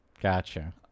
Gotcha